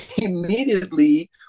immediately